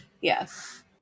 Yes